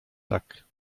tak